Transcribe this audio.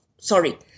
Sorry